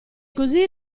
così